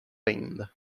ainda